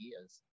ideas